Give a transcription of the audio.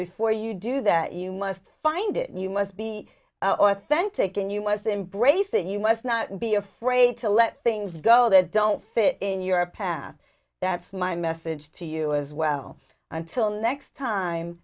before you do that you must find it you must be authentic and you must embrace it you must not be afraid to let things go that don't fit in your a path that's my message to you as well until next time